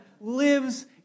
lives